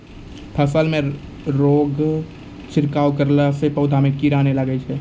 फसल मे रोगऽर के छिड़काव करला से पौधा मे कीड़ा नैय लागै छै?